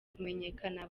kumenyekana